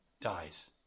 Dies